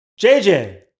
JJ